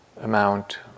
amount